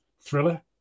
thriller